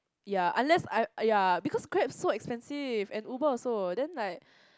ya unless I I ya because grab so expensive and uber also then like